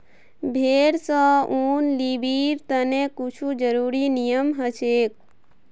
भेड़ स ऊन लीबिर तने कुछू ज़रुरी नियम हछेक